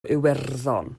iwerddon